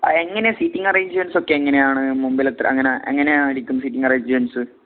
അ എങ്ങനെയാ സീറ്റിംഗ് അറേഞ്ച്മെൻറ്റ്സൊക്കെ എങ്ങനെയാണ് മുമ്പിലെത്ര അങ്ങനെ എങ്ങനെയായിരിക്കും സീറ്റിംഗ് അറേഞ്ച്മെൻറ്റ്സ്